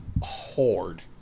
Horde